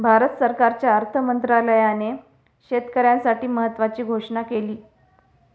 भारत सरकारच्या अर्थ मंत्रालयाने शेतकऱ्यांसाठी महत्त्वाची घोषणा केली